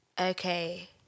okay